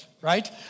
right